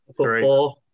Three